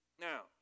Now